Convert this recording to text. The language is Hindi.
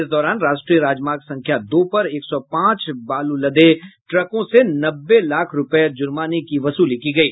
इस दौरान राष्ट्रीय राजमार्ग संख्या दो पर एक सौ पांच बालू लदे ट्रकों से नब्बे लाख रुपये जुर्माने की वसूली की गयी